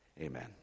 Amen